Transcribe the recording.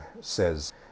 says